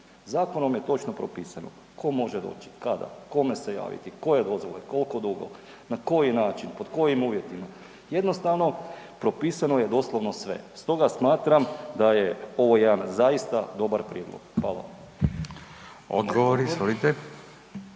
Zakonom je točno propisano tko može doći, kada, kome se javiti, koje vozilo i koliko dugo, na koji način, pod kojim uvjetima, jednostavno propisano je doslovno sve stoga smatram da je ovo jedan zaista dobar prijedlog. Hvala. **Radin,